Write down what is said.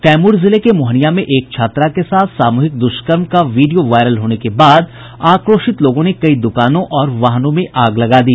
कैमूर जिले के मोहनिया में एक छात्रा के साथ सामूहिक दुष्कर्म का वीडियो वायरल होने के बाद आक्रोशित लोगों ने कई दुकानों और वाहनों में आग लगा दी